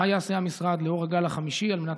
מה יעשה המשרד לנוכח הגל החמישי על מנת